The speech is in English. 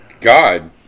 God